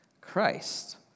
Christ